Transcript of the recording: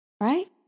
right